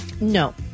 No